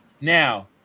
Now